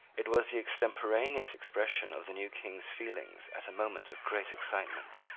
it was the extemporaneous expression of the new king's feelings at a moment of great excitement.